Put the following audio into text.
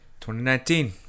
2019